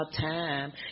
time